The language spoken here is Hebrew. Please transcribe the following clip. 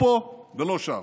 היא לא נקבעת לא פה ולא שם.